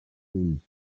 ulls